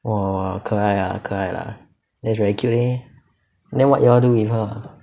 !wah! 可爱啊可爱啦 okay then what you all do with her